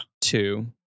Two